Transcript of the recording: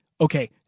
Okay